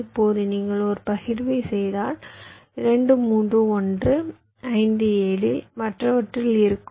இப்போது நீங்கள் ஒரு பகிர்வைச் செய்தால் 2 3 1 5 7 இல் மற்றவற்றில் இருக்கும்